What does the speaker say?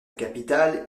capitale